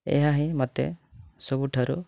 ଏହା ହିଁ ମୋତେ ସବୁଠାରୁ